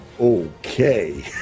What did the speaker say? Okay